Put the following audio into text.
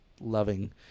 loving